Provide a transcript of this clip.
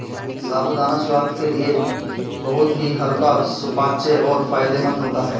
साबूदाना स्वास्थ्य के लिए बहुत ही हल्का सुपाच्य और फायदेमंद होता है